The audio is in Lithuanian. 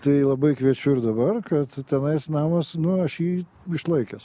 tai labai kviečiu ir dabar kad tenais namas nu aš jį išlaikęs